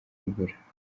imvura